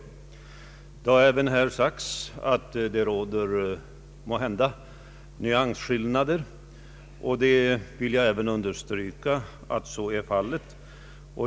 Det har även här sagts att det råder nyansskillnader. Jag vill understryka att så även är fallet.